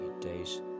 days